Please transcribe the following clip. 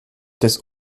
des